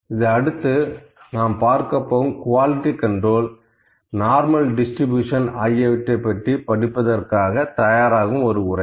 இது அடுத்து நாம் பார்க்கப் போகும் குவாலிட்டி கண்ட்ரோல் நார்மல் டிஸ்ட்ரிபியூஷன் ஆகியவை பற்றி படிப்பதற்காக தயாராகும் ஒரு உரை